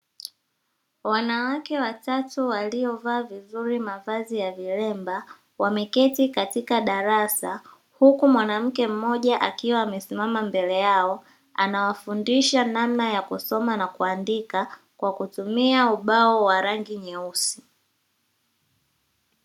Wanawake watatu waliovaa vizuri mavazi ya viremba wameketi katika darasa, huku mwanamke mmoja akiwa amesimama mbele yao. Anawafundisha namna ya kusoma na kuandika kwa kutumia ubao wa rangi nyeusi.